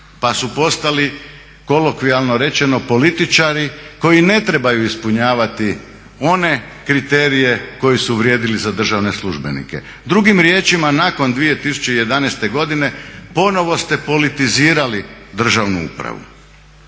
pa su postali kolokvijalno rečeno političari koji ne trebaju ispunjavati one kriterije koji su vrijedili za državne službenike. Drugim riječima nakon 2011. godine ponovo ste politizirali državnu upravu.